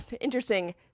interesting